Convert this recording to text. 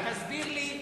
תסביר לי.